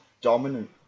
dominant